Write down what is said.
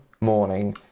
morning